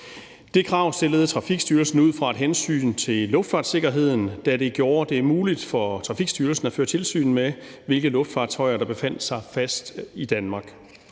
Det krav stillede Trafikstyrelsen ud fra et hensyn til luftfartssikkerheden, da det gjorde det muligt for Trafikstyrelsen at føre tilsyn med, hvilke luftfartøjer der befandt sig fast i Danmark.